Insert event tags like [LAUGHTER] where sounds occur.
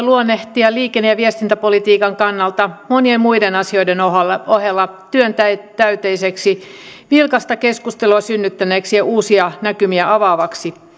[UNINTELLIGIBLE] luonnehtia liikenne ja viestintäpolitiikan kannalta monien muiden asioiden ohella ohella työntäyteiseksi vilkasta keskustelua synnyttäneeksi ja uusia näkymiä avaavaksi